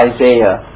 Isaiah